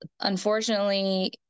unfortunately